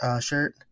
shirt